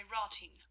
rotting